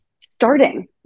starting